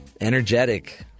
energetic